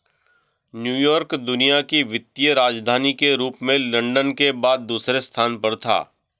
New York दुनिया की वित्तीय राजधानी के रूप में लंदन के बाद दूसरे स्थान पर था